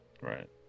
Right